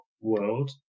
world